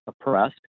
oppressed